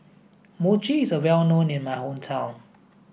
Mochi is well known in my hometown